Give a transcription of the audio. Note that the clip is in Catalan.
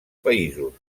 països